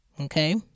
Okay